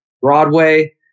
Broadway